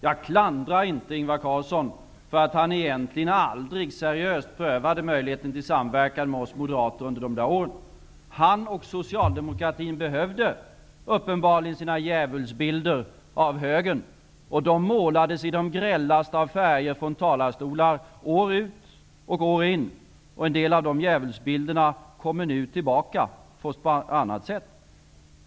Jag klandrar inte Ingvar Carlsson för att han egentligen aldrig seriöst prövade möjligheten till samverkan med oss moderater under de åren. Han och socialdemokratin behövde uppenbarligen sina djävulsbilder av högern. De målades upp i de grällaste av färger år ut och år in. En del av de djävulsbilderna kommer nu tillbaka på annat sätt.